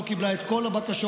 לא קיבלה את כל הבקשות,